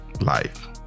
life